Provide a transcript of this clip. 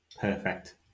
Perfect